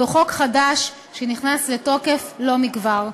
זהו חוק חדש שנכנס לתוקף לא מכבר.